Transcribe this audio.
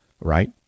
right